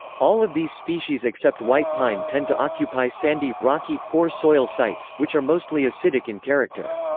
all of these species except white pine tend to occupy sandy, rocky, poor soil sites, which are mostly acidic in character.